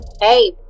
hey